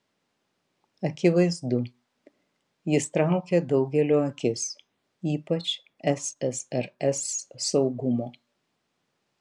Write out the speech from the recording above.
akivaizdu jis traukė daugelio akis ypač ssrs saugumo